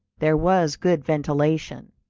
there was good ventilation.